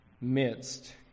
midst